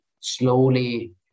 slowly